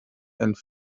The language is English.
and